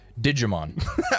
Digimon